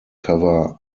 cover